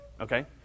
Okay